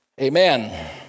Amen